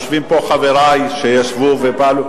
יושבים פה חברי שישבו ופעלו,